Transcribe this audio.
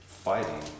fighting